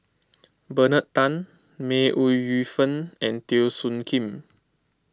Bernard Tan May Ooi Yu Fen and Teo Soon Kim